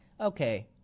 okay